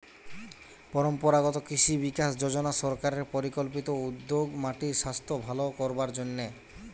পরম্পরাগত কৃষি বিকাশ যজনা সরকারের পরিকল্পিত উদ্যোগ মাটির সাস্থ ভালো করবার জন্যে